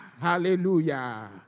Hallelujah